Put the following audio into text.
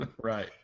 Right